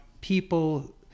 people